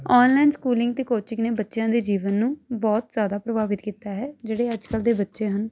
online schooling ਅਤੇ coaching ਨੇ ਬੱਚਿਆਂ ਦੇ ਜੀਵਨ ਨੂੰ ਬਹੁਤ ਜ਼ਿਆਦਾ ਪ੍ਰਭਾਵਿਤ ਕੀਤਾ ਹੈ ਜਿਹੜੇ ਅੱਜ ਕੱਲ੍ਹ ਦੇ ਬੱਚੇ ਹਨ